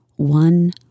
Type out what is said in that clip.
one